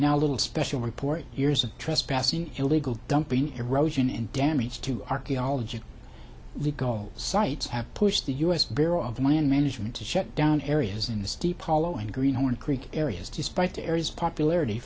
now little special report years of trespassing illegal dumping erosion and damage to archaeology legal sites have pushed the u s bureau of land management to shut down areas in the steep hollow and green horn creek areas despite the area's popularity